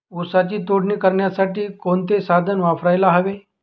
ऊसाची तोडणी करण्यासाठी कोणते साधन वापरायला हवे?